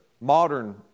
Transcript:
modern